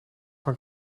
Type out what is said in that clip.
van